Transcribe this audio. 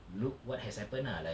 look what has happened ah like